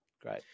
Great